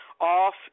off